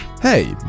Hey